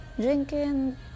drinking